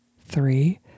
three